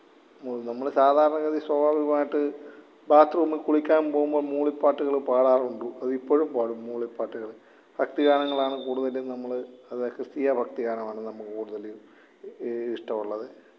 മൂളും നമ്മൾ സാധാരണഗതി സ്വാഭാവികമായിട്ട് ബാത്രൂമിൽ കുളിക്കാൻ പോവുമ്പം മൂളിപ്പാട്ടുകൾ പാടാറുണ്ട് അതിപ്പോഴും പാടും മൂളിപ്പാട്ടുകൾ ഭക്തിഗാനങ്ങളാണ് കൂടുതലും നമ്മൾ അത് ക്രിസ്തീയ ഭക്തിഗാനമാണ് നമ്മൾക്ക് കൂടുതൽ ഇഷ്ടമുള്ളത്